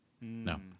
No